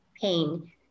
pain